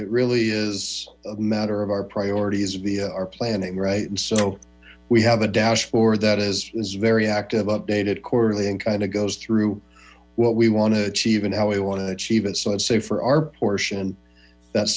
it really is a matter of our priorities we are planning right and so we have a dashboard that is is very active updated quarterly and kind of goes through what we want to achieve and how we want to achieve it so i'd say for our portion that's